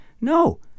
No